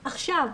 עכשיו,